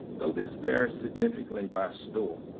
though this varies significantly by store,